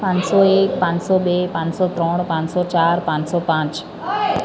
પાંચસો એક પાંચસો બે પાંચસો ત્રણ પાંચસો ચાર પાંચસો પાંચ